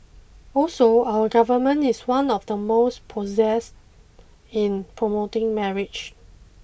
also our Government is one of the most obsessed in promoting marriage